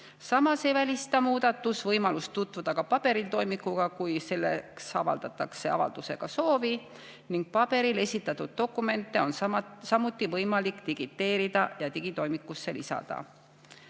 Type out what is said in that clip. Samas ei välista muudatus võimalust tutvuda ka paberil toimikuga, kui selleks avaldatakse avaldusega soovi, ning paberil esitatud dokumente on samuti võimalik digiteerida ja digitoimikusse lisada.